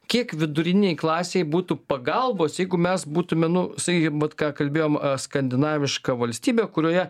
kiek vidurinei klasei būtų pagalbos jeigu mes būtume nu sakykim vat ką kalbėjom skandinaviška valstybė kurioje